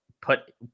put